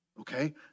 okay